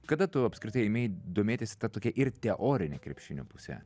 kada tu apskritai ėmei domėtis į tą tokią ir teorinę krepšinio pusę